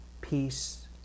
peace